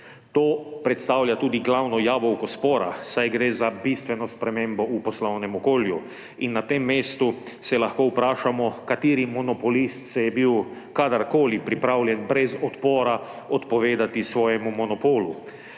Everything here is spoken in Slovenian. To predstavlja tudi glavno jabolko spora, saj gre za bistveno spremembo v poslovnem okolju. In na tem mestu se lahko vprašamo, kateri monopolist se je bil kadarkoli pripravljen brez odpora odpovedati svojemu monopolu.